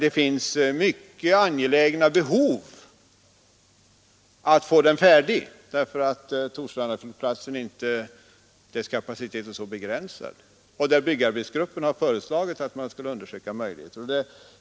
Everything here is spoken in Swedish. Det finns där mycket angelägna behov av att få den färdig, eftersom Torslandas kapacitet är så begränsad. Byggarbetsgruppen har föreslagit att man skulle undersöka möjligheten att forcera arbetet.